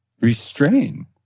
restrain